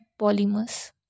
polymers